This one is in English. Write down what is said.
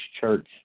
Church